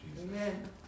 Amen